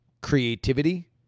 creativity